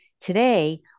Today